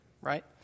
Right